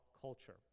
culture